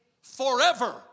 forever